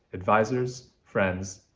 advisors, friends,